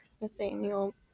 Nathaniel